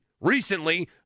recently